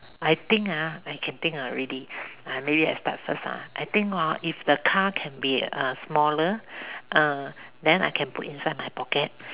I think ah I can think already uh maybe I start first ah I think hor if the car can be uh smaller err then I can put inside my pocket